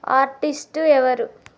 artist ఎవరు